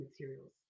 materials